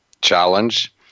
Challenge